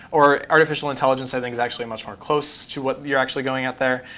or artificial intelligence i think is actually much more close to what you're actually going at there.